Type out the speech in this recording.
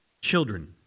children